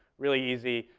really easy.